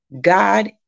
God